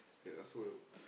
ya so